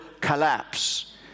collapse